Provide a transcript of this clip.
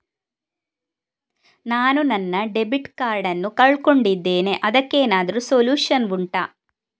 ನಾನು ನನ್ನ debit card ನ್ನು ಕಳ್ಕೊಂಡಿದ್ದೇನೆ ಅದಕ್ಕೇನಾದ್ರೂ ಸೊಲ್ಯೂಷನ್ ಉಂಟಾ